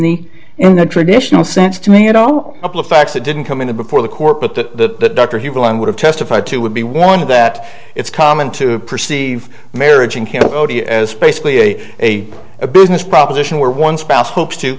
the in the traditional sense to me you know the facts that didn't come into before the court but the doctor he will and would have testified to would be one of that it's common to perceive marriage in cambodia as basically a a a business proposition where one spouse hopes to